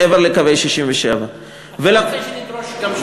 נמצאת כבר מעבר לקווי 67'. שנדרוש גם שם,